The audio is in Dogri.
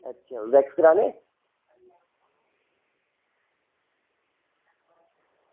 अच्छा वैक्स कराने